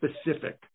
specific